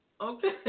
Okay